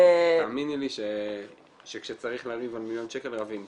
תאמיני לי שכשצריך לריב על מיליון שקל רבים.